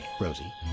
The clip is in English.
Rosie